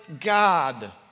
God